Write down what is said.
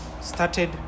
started